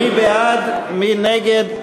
מי בעד, מי נגד?